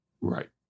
right